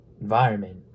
environment